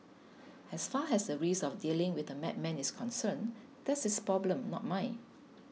as far as the risk of dealing with a madman is concerned that's his problem not mine